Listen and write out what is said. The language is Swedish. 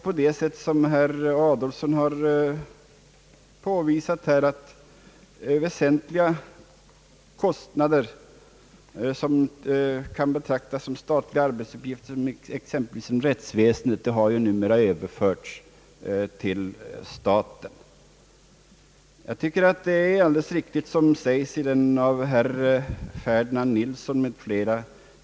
Vidare har, som herr Adolfsson har påvisat, väsentliga kostnader för arbetsuppgifter som kan betraktas som statliga, t.ex. inom rättsväsendet, numera överförts till staten, Jag tycker att det är alldeles riktigt som sägs i den av herr Ferdinand Nilsson m., fl.